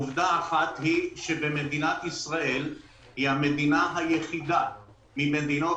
עובדה אחת היא שמדינת ישראל היא המדינה היחידה ממדינות